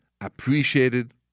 appreciated